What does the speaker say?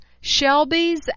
Shelby's